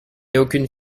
aucune